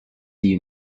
you